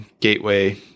gateway